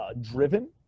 driven